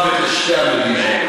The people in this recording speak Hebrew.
היוזמה שלכם,